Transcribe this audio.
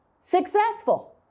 Successful